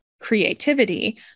creativity